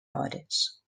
hores